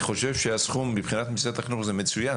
אני חושב שהסכום מבחינת משרד החינוך זה מצוין,